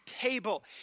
table